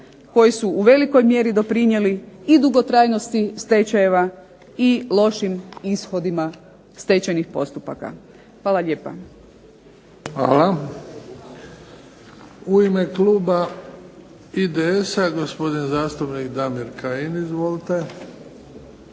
koji su u velikoj mjeri doprinijeli i dugotrajnosti stečajeva, i lošim ishodima stečajnih postupaka. Hvala lijepa. **Bebić, Luka (HDZ)** Hvala. U ime kluba IDS-a gospodin zastupnik Damir Kajin. Izvolite.